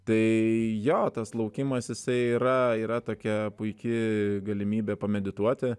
tai jo tas laukimas jisai yra yra tokia puiki galimybė pamedituoti